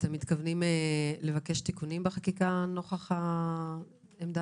אתם מתכוונים לבקש תיקונים בחקיקה נוכח העמדה